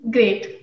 Great